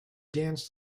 danced